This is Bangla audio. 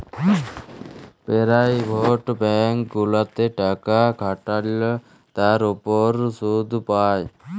পেরাইভেট ব্যাংক গুলাতে টাকা খাটাল্যে তার উপর শুধ পাই